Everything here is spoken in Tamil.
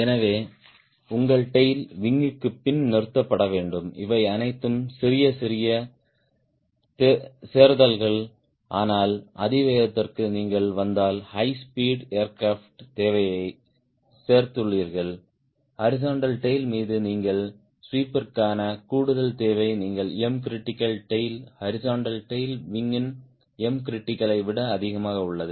எனவே உங்கள் டேய்ல் விங் க்குப் பின் நிறுத்தப்பட வேண்டும் இவை அனைத்தும் சிறிய சிறிய சேர்த்தல்கள் ஆனால் அதிவேகத்திற்கு நீங்கள் வந்தால் ஹை ஸ்பீட் ஏர்கிராப்ட் தேவையைச் சேர்த்துள்ளீர்கள் ஹாரிஸ்ன்ட்டல் டேய்ல் மீது நீங்கள் ஸ்வீபிற்கான கூடுதல் தேவை நீங்கள் Mcritical tail horizontal tail wing யின் Mcritical விட அதிகமாக உள்ளது